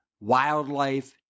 wildlife